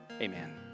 amen